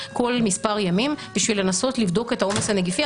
כל מספר ימים בשביל לנסות לבדוק את העומס הנגיפי,